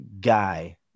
guy